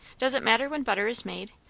does it matter when butter is made,